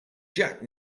jack